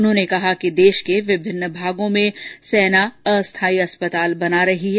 उन्होंने कहा कि सेना देश के विभिन्न भागों में अस्थायी अस्पताल बना रही है